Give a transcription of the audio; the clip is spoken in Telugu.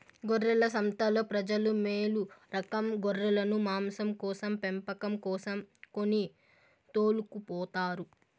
గొర్రెల సంతలో ప్రజలు మేలురకం గొర్రెలను మాంసం కోసం పెంపకం కోసం కొని తోలుకుపోతారు